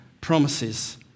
promises